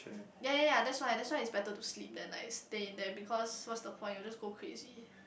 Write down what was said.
yea yea yea that's why that's why is better to sleep than like staying there because what's the point I'll just go crazy